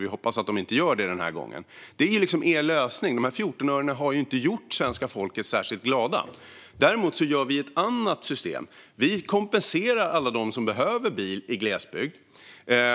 Vi hoppas att de inte gör det den här gången. Det är Sverigedemokraternas lösning! De här 14 örena har inte gjort svenska folket särskilt glada. Vi socialdemokrater inför ett annat system. Vi kompenserar alla dem som behöver bil i glesbygd